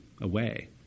away